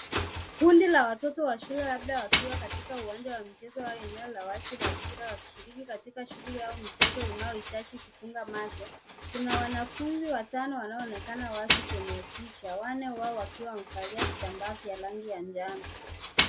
Kundi la watoto wa shule labda wakiwa katika uwanja wa michezo au eneo la wazi la shule, wakishiriki katika shughuli au mchezo unaohitaji kufunga macho. Kuna wanafunzi watano wanaoonekana wazi kwenye picha, wanne wao wakiwa wamevalia vitambaa vya rangi ya njano.